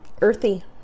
earthy